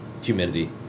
humidity